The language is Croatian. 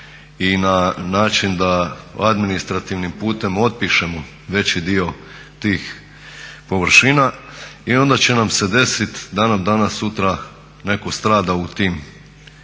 i na način da administrativnim putem otpišemo veći dio tih površina i onda će nam se desit da nam danas sutra neko strada u tim,